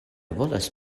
volas